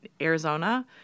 Arizona